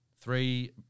three